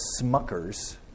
Smuckers